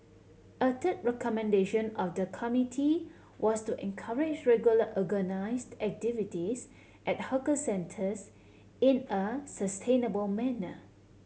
a third recommendation of the committee was to encourage regular organised activities at hawker centres in a sustainable manner